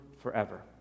forever